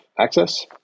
access